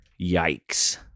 Yikes